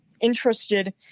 interested